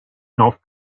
north